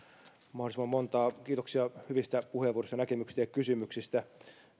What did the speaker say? mahdollisimman montaa kiitoksia hyvistä puheenvuoroista näkemyksistä ja kysymyksistä